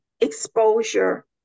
exposure